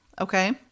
okay